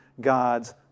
God's